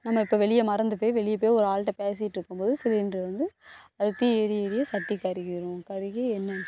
நம்ம இப்போ வெளியே மறந்துப்போய் வெளியப்போய் ஒரு ஆளுகிட்ட பேசிகிட்டு இருக்கும்போது சிலிண்டர் வந்து அது தீ எரிய எரிய சட்டி கருகிரும் கருகி எண்ணெய்